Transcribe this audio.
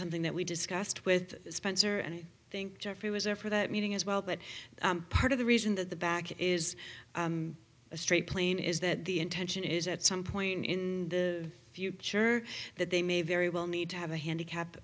something that we discussed with spencer and i think jeffrey was there for that meeting as well but part of the reason that the back is a straight plane is that the intention is at some point in the future that they may very well need to have a